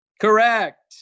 Correct